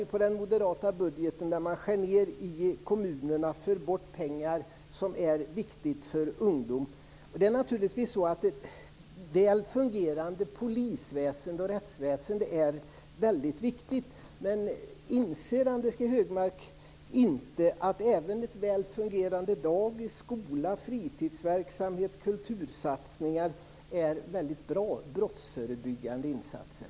I den moderata budgeten skär man ned i kommunerna och för bort pengar som är viktiga för ungdomar. Det är naturligtvis väldigt viktigt med ett väl fungerande polisväsende och rättsväsende, men inser inte Anders G Högmark att även väl fungerande dagis, skolor, fritidsverksamheter och kultursatsningar är väldigt bra brottsförebyggande insatser?